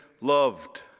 loved